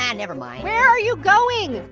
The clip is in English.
and never mind. where are you going?